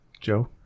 Joe